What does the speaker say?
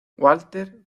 walter